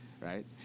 right